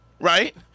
right